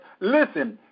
listen